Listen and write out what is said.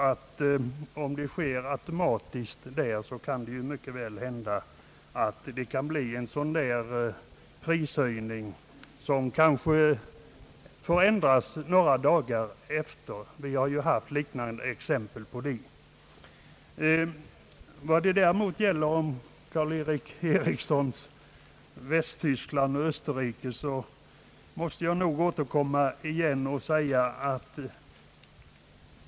Om höjningen sker automatiskt kan det hända att den måste ändras några dagar senare; vi har haft sådana exempel. Jag måste återkomma till vad herr Karl-Erik Eriksson sade om Västtyskland och om Österrike.